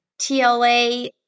TLA